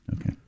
Okay